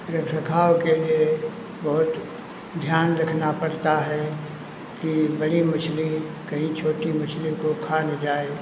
रख रखाव के लिए बहुत ध्यान रखना पड़ता है कि बड़ी मछली कहीं छोटी मछली को खा न जाए